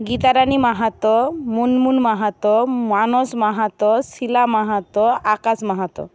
Gitarani Mahato Munmun Mahato Manas Mahato Sheela Mahato Akash Mahato